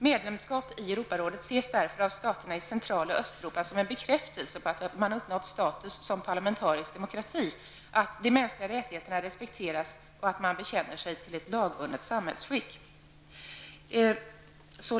Medlemskap i Europarådet ses därför av staterna i Central och Östeuropa som en bekräftelse på att man uppnått status som parlamentarisk demokrati, att de mänskliga rättigheterna respekteras och att man bekänner sig till ett lagbundet samhällsskick.''